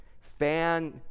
fan